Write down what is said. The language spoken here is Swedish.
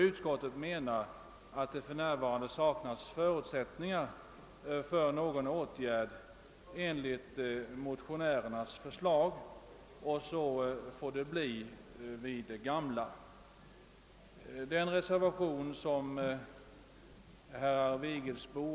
Utskottet menar att det för närvarande saknas förutsättningar för en åtgärd i enlighet med motionärernas förslag och att det därför skall bli vid det gamla.